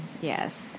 Yes